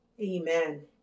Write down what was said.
Amen